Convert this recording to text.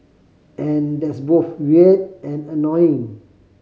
and that's both weird and annoying